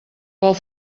pel